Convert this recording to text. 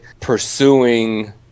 pursuing